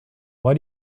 why